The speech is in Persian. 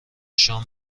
شام